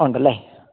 ഉണ്ടല്ലേ